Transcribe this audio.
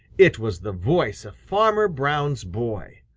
it was the voice of farmer brown's boy.